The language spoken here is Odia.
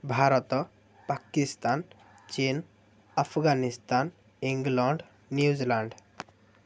Bharat Pakistan Chin Afghanistan England New Zealand